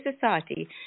Society